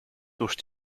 durch